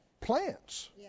plants